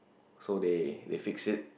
so they they fixed it